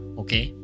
okay